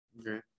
okay